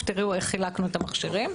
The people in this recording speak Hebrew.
ותכף תראו איך חילקנו את המכשירים.